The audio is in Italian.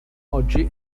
oggi